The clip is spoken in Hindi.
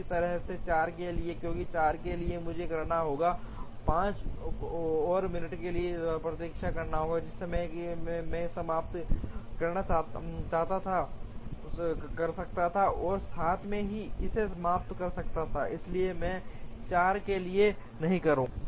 इसी तरह 4 के लिए क्योंकि 4 के लिए मुझे करना होगा 5 और मिनट के लिए प्रतीक्षा करें जिस समय में मैं समाप्त कर सकता था और साथ ही मैं इसे समाप्त कर सकता था इसलिए मैं 4 के लिए नहीं करूंगा